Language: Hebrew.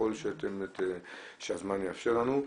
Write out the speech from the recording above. ככל שהזמן יאפשר לנו.